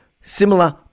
similar